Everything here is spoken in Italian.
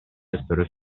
lettore